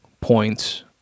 points